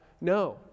No